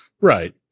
Right